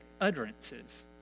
utterances